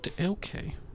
okay